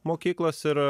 mokyklos ir